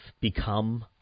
become